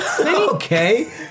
Okay